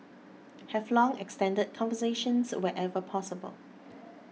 have long extended conversations wherever possible